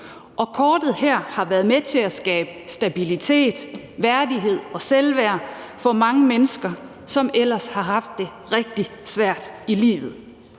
og kortet har været med til at skabe stabilitet, værdighed og selvværd for mange mennesker, som ellers har haft det rigtig svært i livet.